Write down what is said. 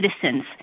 citizens